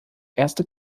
erste